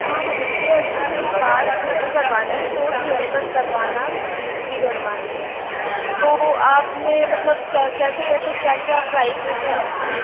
हाँ मुझे एक्चुअल्ली बाल छोटे करवाना है शॉर्ट हेयरकट करवाना और ब्लीच भी करवानी है तो आप में मतलब कैसे कैसे क्या क्या प्राइज़ेज़ हैं इनकी